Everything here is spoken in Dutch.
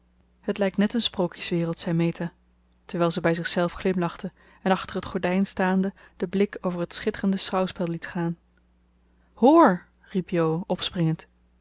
het lijkt net een sprookjeswereld zei meta terwijl ze bij zichzelf glimlachte en achter het gordijn staande den blik over het schitterende schouwspel liet gaan hoor riep jo opspringend